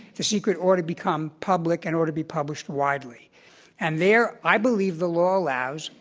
the secret ought to become public and ought to be published widely and there, i believe the law allows,